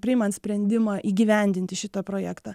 priimant sprendimą įgyvendinti šitą projektą